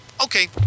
Okay